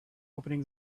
opening